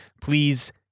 please